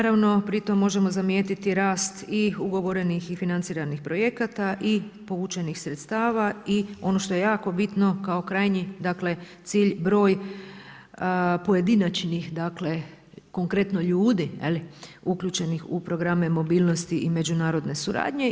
Pri tom možemo zamijetiti rast i ugovorenih i financiranih projekata i povučenih sredstava i ono što je jako bitno kao krajnji cilj broj pojedinačnih konkretno ljudi uključenih u programe mobilnosti i međunarodne suradnje.